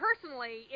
personally